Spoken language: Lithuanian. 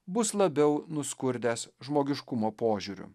bus labiau nuskurdęs žmogiškumo požiūriu